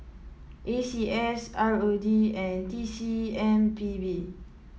A C S R O D and T C M P B